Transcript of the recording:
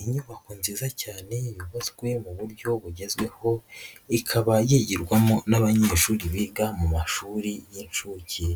Inyubako nziza cyane yubatswe mu buryo bugezweho, ikaba yigirwamo n'abanyeshuri biga mu mashuri y'inshuke,